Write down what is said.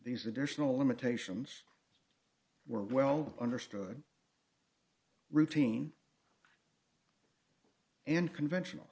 these additional limitations were well understood routine and conventional